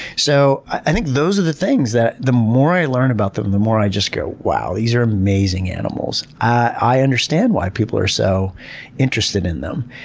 so i think those are the things that, the more i learned about them, the more i just go wow these are amazing animals. i understand why people are so interested in them.